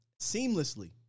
seamlessly